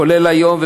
כולל היום,